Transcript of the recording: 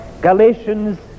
galatians